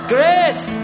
Grace